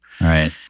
Right